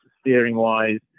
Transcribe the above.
steering-wise